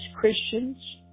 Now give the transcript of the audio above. Christians